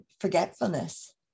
forgetfulness